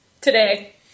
today